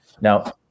Now